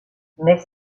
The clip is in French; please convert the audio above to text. mais